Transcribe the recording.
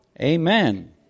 Amen